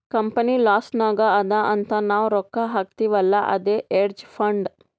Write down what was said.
company loss ನಾಗ್ ಅದಾ ಅಂತ್ ನಾವ್ ರೊಕ್ಕಾ ಹಾಕ್ತಿವ್ ಅಲ್ಲಾ ಅದೇ ಹೇಡ್ಜ್ ಫಂಡ್